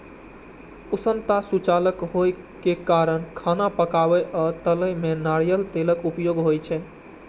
उष्णता सुचालक होइ के कारण खाना पकाबै आ तलै मे नारियल तेलक उपयोग होइ छै